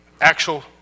actual